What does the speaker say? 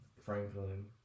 Franklin